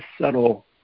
subtle